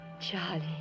Charlie